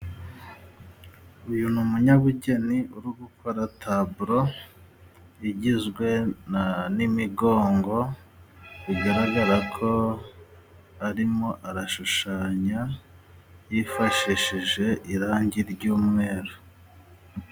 Uyu ni umunyabugeni uri gukora Taburo igizwe na n'imigongo, bigaragara ko arimo arashushanya yifashishije irangi ry'umweru.